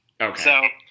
Okay